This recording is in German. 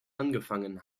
angefangen